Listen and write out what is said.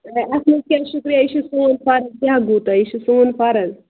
اَے اَتھ منٛز کیٛاہ شُکریہ یہِ چھُ سون فرٕض کیٛاہ گوٚو تۄہہِ یہِ چھُ سون فرٕض